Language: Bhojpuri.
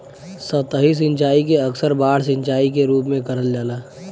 सतही सिंचाई के अक्सर बाढ़ सिंचाई के रूप में करल जाला